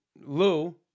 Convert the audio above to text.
Lou